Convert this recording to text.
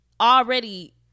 already